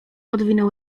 odwinął